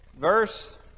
Verse